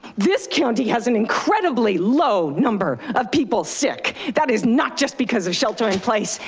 this county has an incredibly low number of people sick. that is not just because of shelter in place.